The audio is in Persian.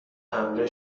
حمله